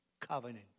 covenant